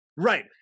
Right